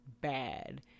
bad